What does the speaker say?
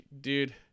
dude